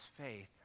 faith